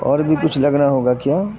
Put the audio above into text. اور بھی کچھ لگنا ہوگا کیا